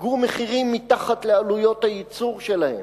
ספגו מחירים מתחת לעלויות הייצור שלהם.